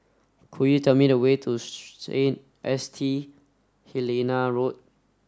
could you tell me the way to S T Helena Road